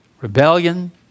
Rebellion